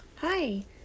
Hi